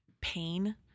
pain